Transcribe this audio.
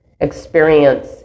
experience